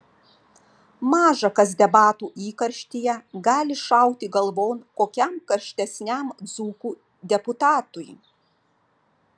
maža kas debatų įkarštyje gali šauti galvon kokiam karštesniam dzūkų deputatui